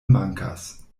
mankas